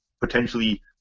potentially